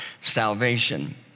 salvation